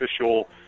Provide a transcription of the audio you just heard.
official